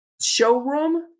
showroom